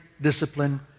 discipline